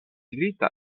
dirita